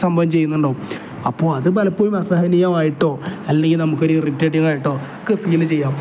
സംഭവം ചെയ്യുന്നുണ്ടാകും അപ്പോൾ അത് പലപ്പോഴും അസഹനീയമായിട്ടോ അല്ലെങ്കിൽ നമുക്ക് ഒരു ഇറിറ്റേറ്റിങ് ആയിട്ടോ ഒക്കെ ഫീല് ചെയ്യാം